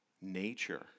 Nature